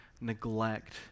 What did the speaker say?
neglect